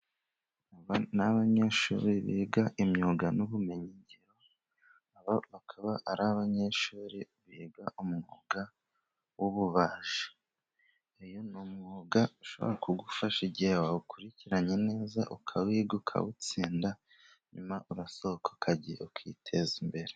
Aba ni abanyeshuri biga imyuga n'ubumenyingiro aba bakaba ari abanyeshuri biga umwuga w'ububaji. Uyu ni umwuga ushobora kugufasha igihe wawukurikiranye neza ukawiga ukawutsinda nyuma urasohoka ukiteza imbere.